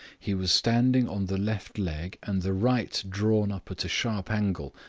he was standing on the left leg and the right drawn up at a sharp angle,